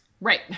Right